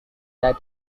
that